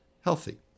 healthy